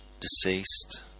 deceased